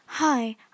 Hi